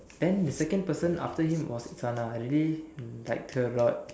then the second person after him was Isana I really liked her a lot